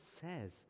says